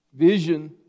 Vision